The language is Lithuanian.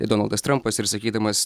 tai donaldas trampas ir sakydamas